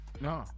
No